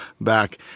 back